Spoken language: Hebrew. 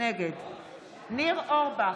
ניר אורבך,